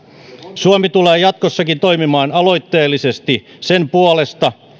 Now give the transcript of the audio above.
suomi tulee jatkossakin toimimaan aloitteellisesti sen puolesta